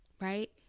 right